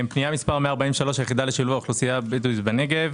פנייה מס' 143: היחידה לשילוב האוכלוסייה הבדואית בנגב